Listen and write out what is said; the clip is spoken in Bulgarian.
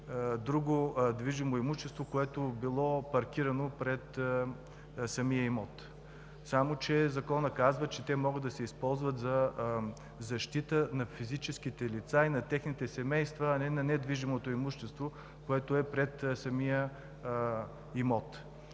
друго движимо имущество, паркирано пред самия имот. Само че Законът казва, че те могат да се използват за защита на физическите лица и техните семейства, а не на недвижимото имущество, което е пред самия имот.